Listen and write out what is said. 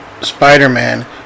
Spider-Man